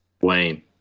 Wayne